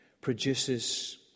produces